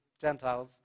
Gentiles